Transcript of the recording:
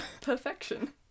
Perfection